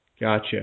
Gotcha